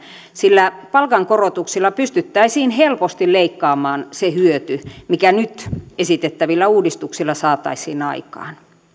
sillä palkankorotuksilla pystyttäisiin helposti leikkaamaan se hyöty mikä nyt esitettävillä uudistuksilla saataisiin aikaan